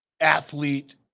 athlete